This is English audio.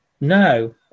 No